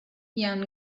young